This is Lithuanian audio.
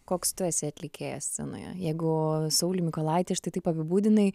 koks tu esi atlikėjas scenoje jeigu saulių mykolaitį štai taip apibūdinai